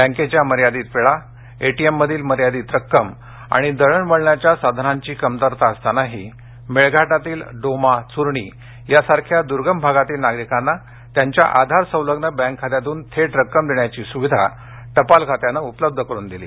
बँकेच्या मर्यादित वेळा एटीएममधील मर्यादित रक्कम आणि दळणवळणाच्या साधनांची कमतरता असतानाही मेळघाटातील डोमा चुरणी यासारख्या दुर्गम भागातील नागरिकांना त्यांच्या आधार संलग्न बँक खात्यातून थेट रक्कम देण्याची स्विधा टपाल खात्यानं उपलब्ध करून दिली